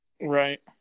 Right